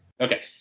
Okay